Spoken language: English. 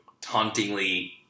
tauntingly